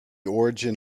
origin